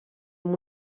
amb